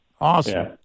awesome